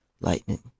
lightning